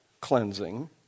cleansing